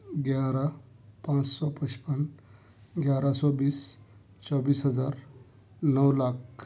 گیارہ پانچ سو پچپن گیارہ سو بیس چوبیس ہزار نو لاکھ